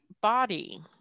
body